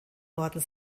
worden